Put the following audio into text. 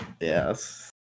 Yes